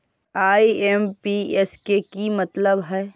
IMPS के कि मतलब है?